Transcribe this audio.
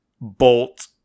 bolt